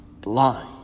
blind